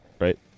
Right